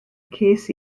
ces